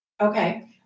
Okay